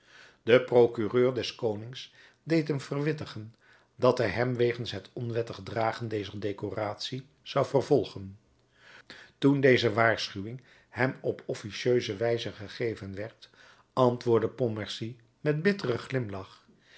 de procureur des konings deed hem verwittigen dat hij hem wegens het onwettig dragen dezer decoratie zou vervolgen toen deze waarschuwing hem op officieuse wijze gegeven werd antwoordde pontmercy met bitteren glimlach